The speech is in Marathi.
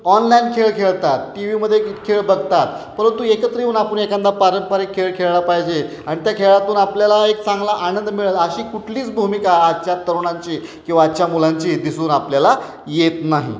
ऑनलाईन खेळ खेळतात टी व्हीमध्ये खेळ बघतात परंतु एकत्र येऊन आपण एखादा पारंपरिक खेळ खेळला पाहिजे आणि त्या खेळातून आपल्याला एक चांगला आनंद मिळेल अशी कुठलीच भूमिका आजच्या तरुणांची किंवा आजच्या मुलांची दिसून आपल्याला येत नाही